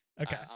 Okay